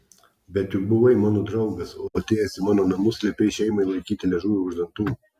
bet juk buvai mano draugas o atėjęs į mano namus liepei šeimai laikyti liežuvį už dantų